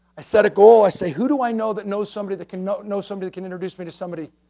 i set a goal, i say who do i know that knows somebody that can know know somebody can introduce me to somebody.